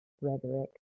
rhetoric